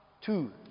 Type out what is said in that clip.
Two